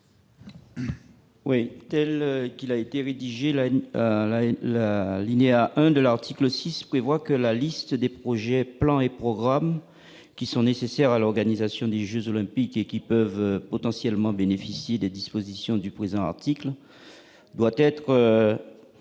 Oui, telle qu'il a été rédigé la la la, alinéa 1 de l'article 6 prévoit que la liste des projets plans et programmes qui sont nécessaires à l'organisation des Jeux olympiques et qui peuvent potentiellement bénéficier des dispositions du présent article doit être fixé